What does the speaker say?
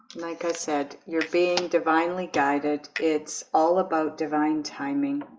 like i said, you're being divinely guided it's all about divine timing